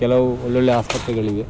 ಕೆಲವು ಒಳ್ಳೊಳ್ಳೆ ಆಸ್ಪತ್ರೆಗಳಿವೆ